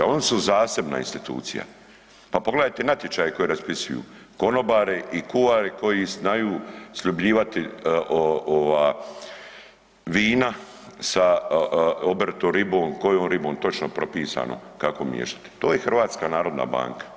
Ali oni su zasebna institucija, pa pogledajte natječaje koje raspisuju konobari i kuhati koji znaju sljubljivati vina sa oboritom ribom, kojom ribom točno propisano kako miješati, to je HNB.